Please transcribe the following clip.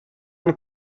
han